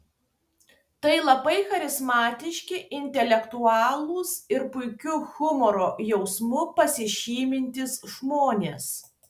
tai labai charizmatiški intelektualūs ir puikiu humoro jausmu pasižymintys žmonės